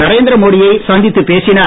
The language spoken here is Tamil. நரேந்திர மோடியை சந்தித்துப் பேசினர்